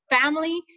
family